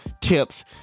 tips